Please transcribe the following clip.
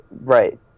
Right